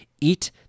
Eat